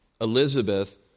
Elizabeth